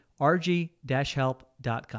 rg-help.com